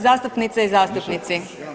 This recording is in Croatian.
Zastupnice i zastupnici.